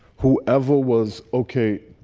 whoever was ok.